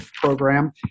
program